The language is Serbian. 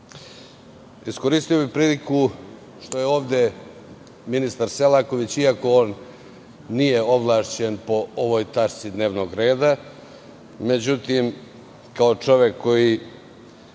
pravnik. Iskoristio bih priliku to što je ovde ministar Selaković, iako on nije ovlašćen po ovoj tački dnevnog reda. Međutim, kao čovek koji